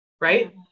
right